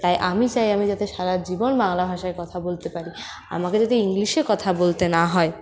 তাই আমি চাই আমি যাতে সারা জীবন বাংলা ভাষায় কথা বলতে পারি আমাকে যাতে ইংলিশে কথা বলতে না হয়